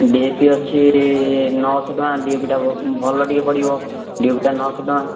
DAP ଅଛି ନଅଶହ ଟଙ୍କା ଡିଏପିଟା ଭଲ ଟିକିଏ ପଡ଼ିବ ଡିଏପିଟା ନଅଶହ ଟଙ୍କା